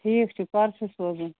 ٹھیٖک چھُ کر چھُ سوزُن